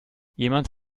jemand